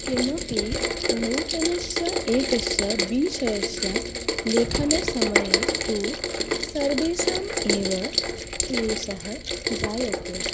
किमपि नूतनस्य एकस्य विषयस्य लेखनसमये तु सर्वेषाम् एव क्लेशः जायते